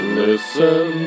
listen